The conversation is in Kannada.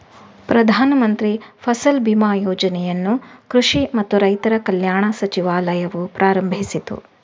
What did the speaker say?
ಪ್ರಧಾನ ಮಂತ್ರಿ ಫಸಲ್ ಬಿಮಾ ಯೋಜನೆಯನ್ನು ಕೃಷಿ ಮತ್ತು ರೈತರ ಕಲ್ಯಾಣ ಸಚಿವಾಲಯವು ಪ್ರಾರಂಭಿಸಿತು